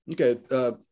Okay